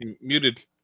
muted